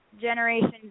Generation